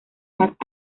más